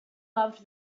loved